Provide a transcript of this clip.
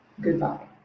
Goodbye